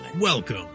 Welcome